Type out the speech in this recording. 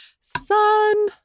sun